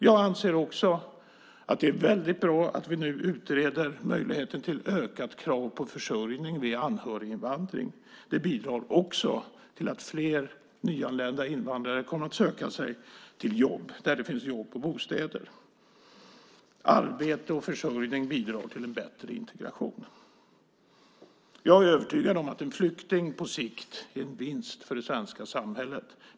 Jag anser också att det är väldigt bra att vi nu utreder möjligheten till ökade krav på försörjning vid anhöriginvandring. Det bidrar också till att fler nyanlända invandrare kommer att söka sig till platser där det finns jobb och bostäder. Arbete och försörjning bidrar till en bättre integration. Jag är övertygad om att en flykting på sikt är en vinst för det svenska samhället.